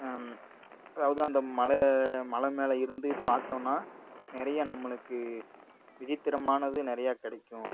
அதாவது அந்த மலை மலை மேலே இருந்து பார்த்தோம்னா நிறையா நம்மளுக்கு விசித்திரமானது நிறையா கிடைக்கும்